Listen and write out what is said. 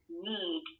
need